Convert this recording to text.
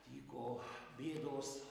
tyko bėdos